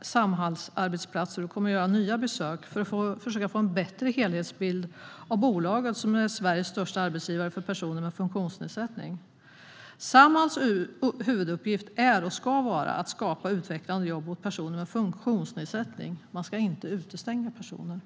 Samhallsarbetsplatser och kommer att göra nya besök för att försöka få en bättre helhetsbild av bolaget, som är Sveriges största arbetsgivare för personer med funktionsnedsättning. Samhalls huvuduppgift är och ska vara att skapa utvecklande jobb åt personer med funktionsnedsättning. Man ska inte utestänga personer.